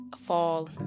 fall